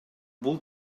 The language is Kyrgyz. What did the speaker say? бул